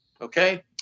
Okay